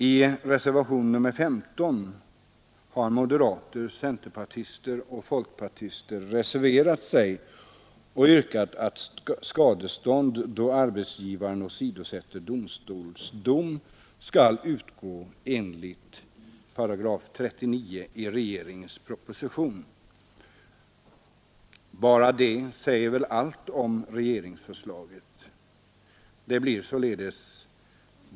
I reservationen 15 har moderater, centerpartister och folkpartister reserverat sig och yrkat att skadestånd då arbetsgivaren åsidosätter domstols dom skall utgå enligt 39 § i propositionens lagförslag. Bara det säger väl allt om regeringsförslaget.